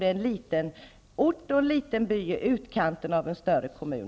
Det gäller en liten by i utkanten av en större kommun.